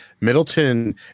Middleton